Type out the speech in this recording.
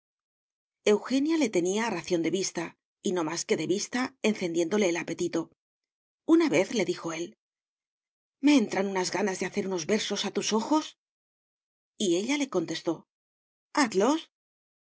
eugenia le tenía a ración de vista y no más que de vista encendiéndole el apetito una vez le dijo él me entran unas ganas de hacer unos versos a tus ojos y ella le contestó hazlos mas